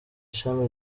ishami